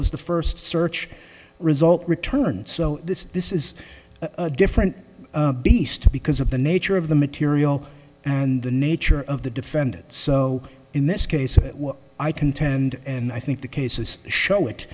was the first search result returned so this this is a different beast because of the nature of the material and the nature of the defendant so in this case it was i contend and i think the case is show it